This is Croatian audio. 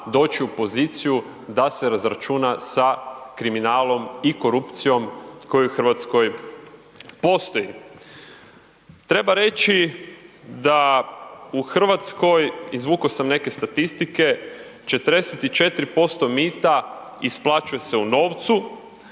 doći u poziciju da se razračuna sa kriminalom i korupcijom koji u Hrvatskoj postoji. Treba reći da u Hrvatskoj izvukao sam neke statistike, 44% mita isplaćuje se u novcu,